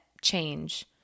change